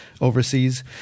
Overseas